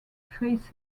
face